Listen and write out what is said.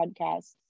podcasts